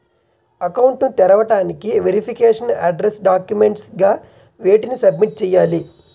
Account ను తెరవటానికి verification address documents గా వేటిని సబ్మిట్ చేయాలి?